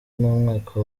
n’umwaka